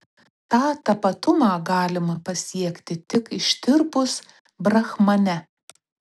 tą tapatumą galima pasiekti tik ištirpus brahmane